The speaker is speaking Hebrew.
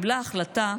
קיבלה החלטה: